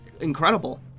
incredible